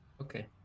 Okay